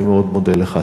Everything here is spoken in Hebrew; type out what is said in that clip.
אני מאוד מודה לך.